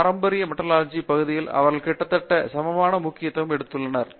பாரம்பரிய மெட்டலர்ஜி பகுதிக்கு அவர்கள் கிட்டத்தட்ட சமமான முக்கியத்துவத்தை எடுத்துள்ளனர்